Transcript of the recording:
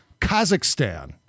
Kazakhstan